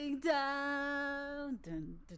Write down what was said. down